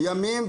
לילות